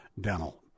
Dental